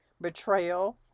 betrayal